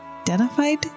identified